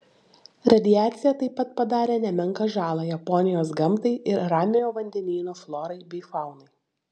radiacija taip pat padarė nemenką žalą japonijos gamtai ir ramiojo vandenyno florai bei faunai